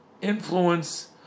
influence